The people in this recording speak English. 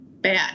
bad